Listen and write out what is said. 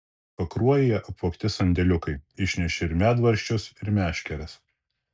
pakruojyje apvogti sandėliukai išnešė ir medvaržčius ir meškeres